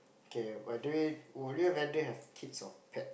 K by the way would you rather have kids or pets